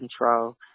control